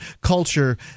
culture